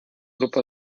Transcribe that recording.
grupo